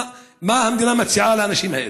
מה המדינה מציעה לאנשים האלה?